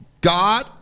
God